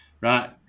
Right